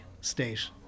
state